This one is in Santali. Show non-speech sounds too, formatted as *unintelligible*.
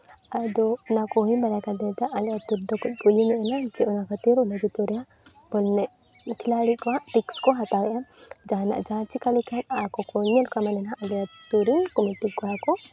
ᱟᱫᱚ ᱚᱱᱟ ᱠᱚ *unintelligible* ᱟᱞᱮ ᱟᱛᱳ ᱨᱮᱫᱚ ᱠᱟᱹᱡ ᱠᱚ ᱤᱭᱟᱹ ᱧᱚᱜ ᱮᱱᱟ ᱡᱮ ᱚᱱᱟ ᱠᱷᱟᱹᱛᱤᱨ *unintelligible* ᱵᱚᱞ ᱮᱱᱮᱡ ᱠᱷᱤᱞᱟᱲᱤ ᱠᱚᱣᱟᱜ ᱴᱮᱠᱥ ᱠᱚ ᱦᱟᱛᱟᱣ ᱮᱫᱼᱟ ᱡᱟᱦᱟᱱᱟᱜ ᱡᱟᱦᱟᱸ ᱪᱤᱠᱟᱹ ᱞᱮᱠᱷᱟᱱ ᱟᱠᱚ ᱠᱚ ᱧᱮᱞ ᱠᱟᱱᱟ ᱦᱟᱸᱜ ᱟᱞᱮ ᱟᱛᱳᱨᱮ ᱠᱚᱢᱤᱴᱤ ᱠᱚᱲᱟ ᱠᱚ